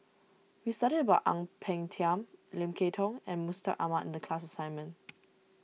we studied about Ang Peng Tiam Lim Kay Tong and Mustaq Ahmad in the class assignment